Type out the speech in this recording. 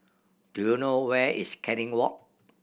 do you know where is Canning Walk